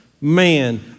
man